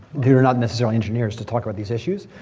are not necessarily engineers to talk about these issues?